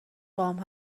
باهام